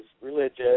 religious